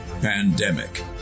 Pandemic